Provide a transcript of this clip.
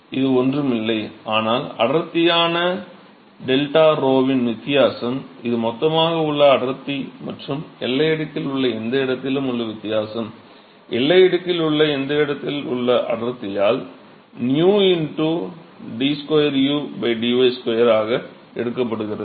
இது ஒன்றும் இல்லை ஆனால் அடர்த்தியான 𝜟𝞺வின் வித்தியாசம் இது மொத்தமாக உள்ள அடர்த்தி மற்றும் எல்லை அடுக்கில் உள்ள எந்த இடத்திலும் உள்ள வித்தியாசம் எல்லை அடுக்கில் உள்ள அந்த இடத்தில் உள்ள அடர்த்தியால் 𝝂 d 2 u dy 2 ஆக எடுக்கப்படுகிறது